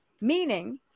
Meaning